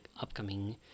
upcoming